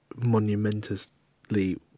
monumentously